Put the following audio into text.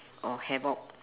or havoc